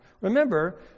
Remember